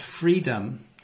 freedom